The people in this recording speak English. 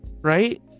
right